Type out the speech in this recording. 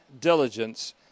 diligence